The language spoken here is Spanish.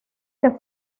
que